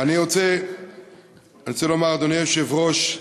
אני רוצה לומר, אדוני היושב-ראש,